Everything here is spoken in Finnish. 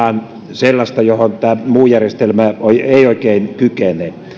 sellaista johon muu järjestelmä ei oikein kykene